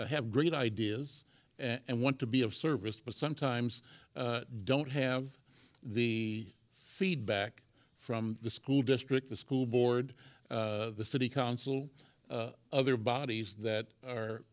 have great ideas and want to be of service but sometimes don't have the feedback from the school district the school board the city council other bodies that are